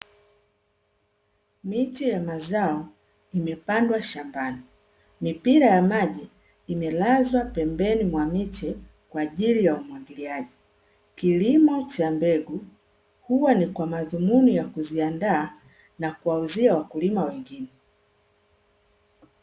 Miche ya mazao imepandwa shambani, mipira ya maji imelazwa pembeni mwa miche kwaajili ya umwagiliaji, kilimo cha mbegu huwa na ni kwa madhumuni ya kuziandaa na kuwauzia wakulima wengine.